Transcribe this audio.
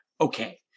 okay